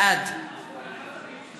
בעד